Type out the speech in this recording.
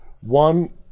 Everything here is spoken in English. one